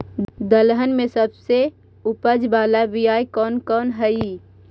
दलहन में सबसे उपज बाला बियाह कौन कौन हइ?